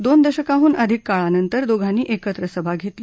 दोन दशकांहून अधिक काळानंतर दोघानी एकत्र सभा घेतली